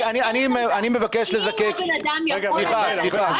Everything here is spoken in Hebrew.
אני מבקש לזקק --- אם הבן אדם יכול ל --- הוא צריך להשיב את החוב.